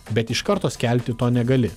bet iš karto skelbti to negali